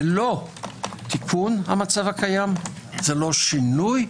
זה לא תיקון המצב הקיים, זה לא שינוי.